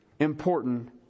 Important